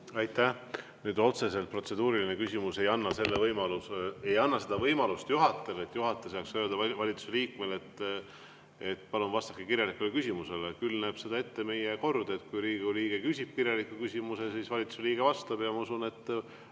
Aitäh! Nüüd, otseselt protseduuriline küsimus ei anna juhatajale seda võimalust, et juhataja saaks öelda valitsuse liikmele, et palun vastake kirjalikule küsimusele. Küll näeb seda ette meie kord, et kui Riigikogu liige küsib kirjaliku küsimuse, siis valitsuse liige vastab. Ma usun, et